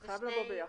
בדיוק.